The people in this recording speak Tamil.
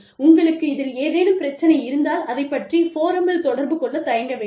உங்களுக்கு இதில் ஏதேனும் பிரச்சனைகள் இருந்தால் அதைப் பற்றி ஃபோரம்மில் தொடர்பு கொள்ள தயங்க வேண்டாம்